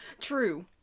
True